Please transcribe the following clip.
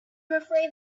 afraid